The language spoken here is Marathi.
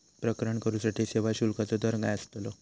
प्रकरण करूसाठी सेवा शुल्काचो दर काय अस्तलो?